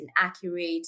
inaccurate